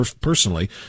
personally